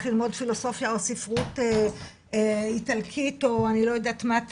ללמוד פילוסופיה או ספרות איטלקית או אני לא יודעת מה.